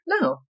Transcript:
No